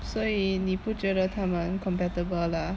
所以你不觉得他们 compatible lah